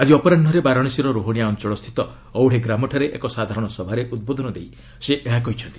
ଆଜି ଅପରାହୁରେ ବାରାଣସୀର ରୋହାଣିଆ ଅଞ୍ଚଳ ସ୍ଥିତ ଔଡ଼େ ଗ୍ରାମଠାରେ ଏକ ସାଧାରଣ ସଭାରେ ଉଦ୍ବୋଧନ ସେ ଏହା କହିଛନ୍ତି